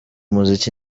muziki